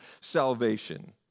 salvation